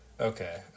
Okay